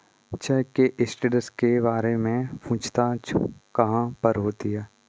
Check के status के बारे में पूछताछ कहाँ पर होती है?